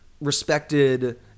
respected